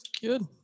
Good